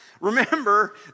Remember